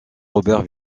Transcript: robert